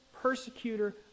persecutor